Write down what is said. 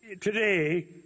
today